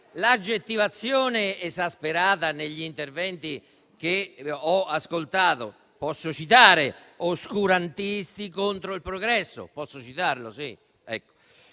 dell'aggettivazione esasperata negli interventi che ho ascoltato: posso citare "oscurantisti contro il progresso", posso citarlo, sì?